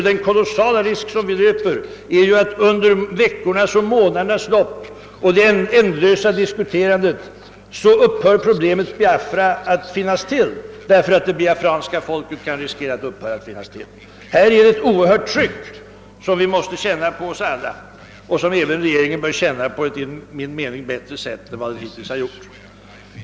Den kolossala risk, som vi löper, är ju att under veckornas och månadernas lopp av ändlösa diskussioner kan problemet Biafra upphöra att finnas till genom att det biafranska folket upphör att existera. Vi måste alla känna ett oerhört tryck, som enligt min mening också regeringen bör känna på ett starkare sätt än den hittills gjort.